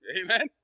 Amen